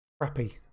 crappy